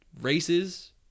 races